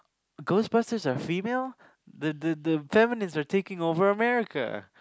ghost busters are female the the the feminists are taking over America